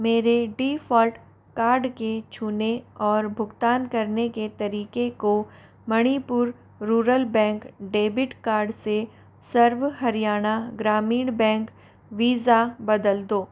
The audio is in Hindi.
मेरे डिफ़ॉल्ट कार्ड के छूने और भुगतान करने के तरीक़े को Manipur rural bank debit card से सर्व हरियाणा ग्रामीण बैंक वीज़ा बदल दो